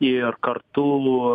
ir kartu